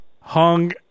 hung